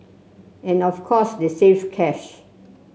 and of course they saved cash